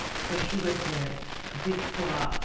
so she would have been a ah big squaw,